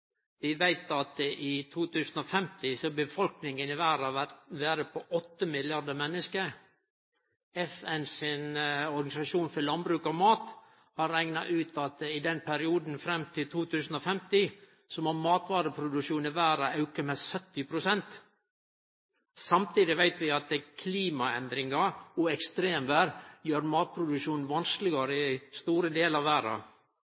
Vi veit at i 2050 vil befolkninga i verda vere på 8 milliardar menneske. FN sin organisasjon for landbruk og mat har rekna ut at i perioden fram til 2050 må matvareproduksjonen i verda auke med 70 pst. Samtidig veit vi at klimaendringar og ekstremvêr gjer matproduksjonen vanskelegare i store delar av verda.